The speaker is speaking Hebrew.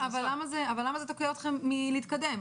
אבל למה זה תוקע אתכם מלהתקדם?